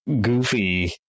goofy